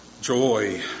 joy